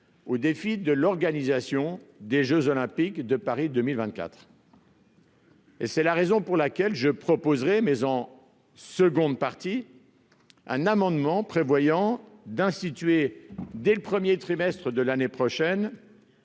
au défi de l'organisation des jeux Olympiques de Paris 2024. C'est la raison pour laquelle je proposerai, en seconde partie de PLF, un amendement prévoyant d'organiser dès le premier trimestre 2023 une conférence